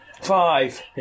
Five